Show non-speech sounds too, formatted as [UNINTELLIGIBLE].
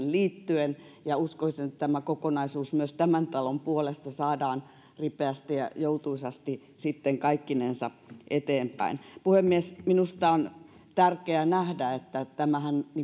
[UNINTELLIGIBLE] liittyen ja uskoisin että tämä kokonaisuus myös tämän talon puolesta saadaan ripeästi ja joutuisasti sitten kaikkinensa eteenpäin puhemies minusta on tärkeää nähdä että tämähän